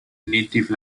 native